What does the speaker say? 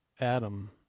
Adam